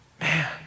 Man